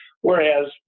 Whereas